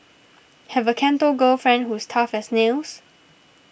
have a Canto girlfriend who's tough as nails